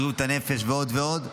בריאות הנפש ועוד ועוד,